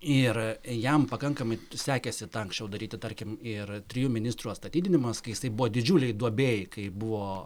ir jam pakankamai sekėsi tą anksčiau daryti tarkim ir trijų ministrų atstatydinimas kai jisai buvo didžiulėj duobėj kai buvo